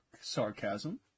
sarcasm